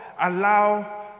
allow